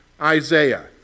Isaiah